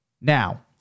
Now